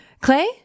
clay